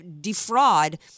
defraud